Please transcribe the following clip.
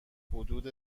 حدود